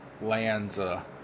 Lanza